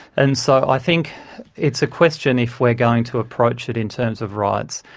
and so i think it's a question, if we're going to approach it in terms of rights,